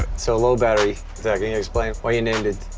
so low battery. can you explain why you named